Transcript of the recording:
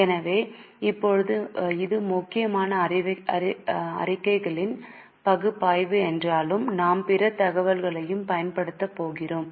எனவே இப்போது இது முக்கியமாக அறிக்கைகளின் பகுப்பாய்வு என்றாலும் நாம்பிற தகவல்களையும் பயன்படுத்தப் போகிறோம்